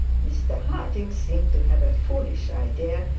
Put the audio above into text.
mr harding seemed to have a foolish idea,